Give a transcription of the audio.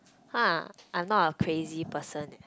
!huh! I'm not a crazy person eh